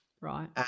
Right